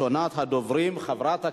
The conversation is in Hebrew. מס' 6468,